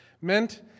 meant